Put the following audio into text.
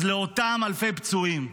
אז לאותם אלפי פצועים: